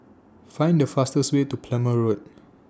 Find The fastest Way to Plumer Road